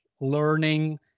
learning